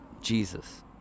Jesus